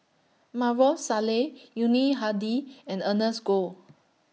Maarof Salleh Yuni Hadi and Ernest Goh